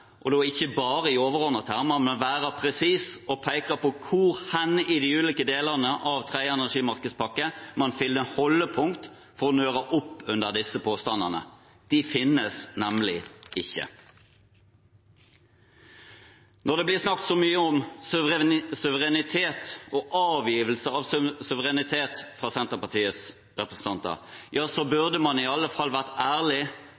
dette og da ikke bare i overordnede termer, men være presise og peke på hvor i de ulike delene av tredje energimarkedspakke man finner holdepunkter for å nøre opp under disse påstandene. De finnes nemlig ikke. Når det blir snakket så mye om suverenitet og avgivelse av suverenitet av Senterpartiets representanter, burde man i hvert fall være ærlig